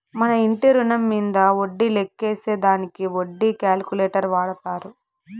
మన ఇంటి రుణం మీంద వడ్డీ లెక్కేసే దానికి వడ్డీ క్యాలిక్యులేటర్ వాడతారు